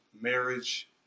marriage